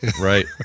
right